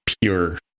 pure